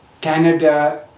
Canada